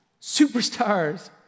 superstars